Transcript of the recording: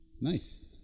Nice